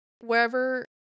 wherever